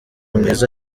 mwiza